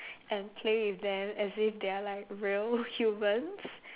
and play with them as if they are like real human